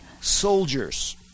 soldiers